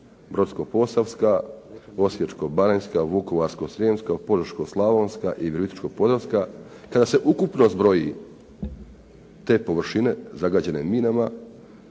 Brodsko-posavska, Osječko-srijemska, Vukovarsko-srijemska, Požeško-slavonska i Virovitičko-podravska, kada se ukupno zbroji te površine zagađene minama,